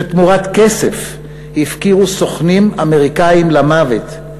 שתמורת כסף הפקירו סוכנים אמריקנים למוות,